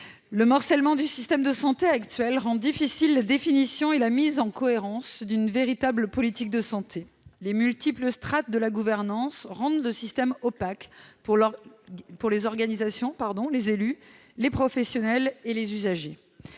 Le morcellement du système de santé actuel rend difficiles la définition et la mise en cohérence d'une véritable politique de santé. Les multiples strates de la gouvernance rendent le système opaque pour les organisations, les élus, les professionnels et les usagers.